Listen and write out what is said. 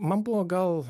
man buvo gal